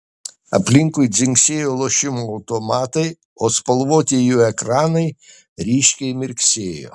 aplinkui dzingsėjo lošimo automatai o spalvoti jų ekranai ryškiai mirksėjo